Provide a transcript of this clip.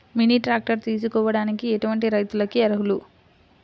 Mini tractor తీసుకోవడానికి ఎటువంటి రైతులకి అర్హులు?